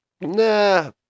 Nah